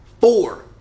four